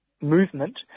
movement